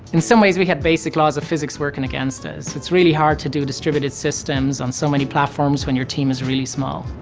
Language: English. in some ways, we had basic laws of physics working against us. it's really hard to do distributed systems on so many platforms when your team is really small.